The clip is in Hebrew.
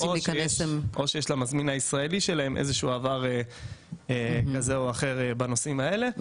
או שיש למזמין הישראלי שלהם איזשהו עבר כזה או אחר בנושאים האלה.